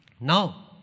Now